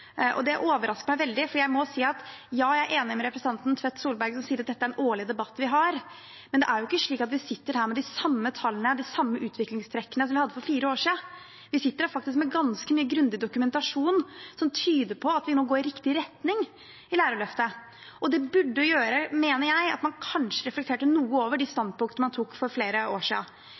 Det overrasker meg veldig, for jeg må si: Ja, jeg er enig med representanten Tvedt Solberg, som sier at dette er en årlig debatt vi har, men det er jo ikke slik at vi sitter her med de samme tallene og de samme utviklingstrekkene som vi hadde for fire år siden. Vi sitter faktisk her med ganske mye grundig dokumentasjon som tyder på at vi nå går i riktig retning i Lærerløftet. Det burde gjøre, mener jeg, at man kanskje reflekterte noe over de standpunktene man tok for flere år